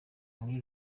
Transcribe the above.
muri